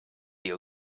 you